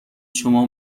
شما